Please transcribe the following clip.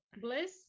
Bliss